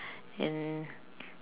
and